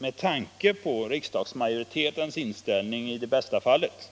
Med tanke på riksdagsmajoritetens inställning i Det Bästafallet